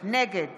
נגד